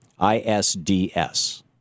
ISDS